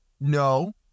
no